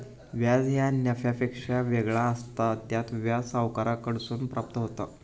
व्याज ह्या नफ्यापेक्षा वेगळा असता, त्यात व्याज सावकाराकडसून प्राप्त होता